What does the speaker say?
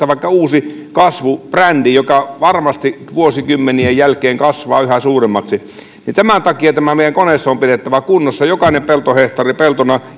vaikka uusi kasvubrändi joka varmasti vuosikymmenien jälkeen kasvaa yhä suuremmaksi tämän takia tämä meidän koneisto on pidettävä kunnossa ja jokainen peltohehtaari peltona